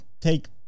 take